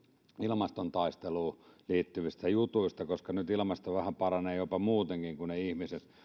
ilmastotaisteluun liittyvistä jutuista niin nyt ilmasto vähän paranee jopa muutenkin kun ihmiset